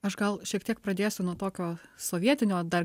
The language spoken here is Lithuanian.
aš gal šiek tiek pradėsiu nuo tokio sovietinio dar